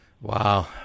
Wow